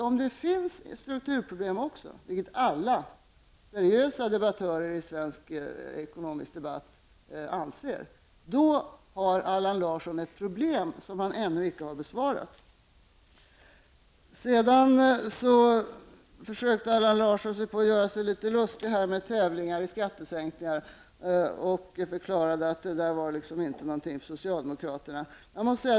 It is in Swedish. Om det finns strukturproblem också, vilket alla seriösa debattörer i svensk ekonomisk debatt anser, har Allan Larsson ett problem, och han har ännu icke besvarat hur det skall föras. Allan Larsson försökte göra sig litet lustig genom att tala om tävlingar i skattesänkning. Han förklarade att detta inte var någonting för socialdemokraterna.